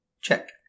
Check